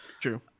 True